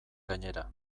gainera